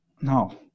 No